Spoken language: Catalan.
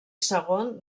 segon